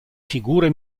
figure